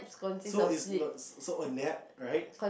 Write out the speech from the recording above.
so is not so so a nap right